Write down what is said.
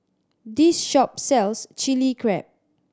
this shop sells Chilli Crab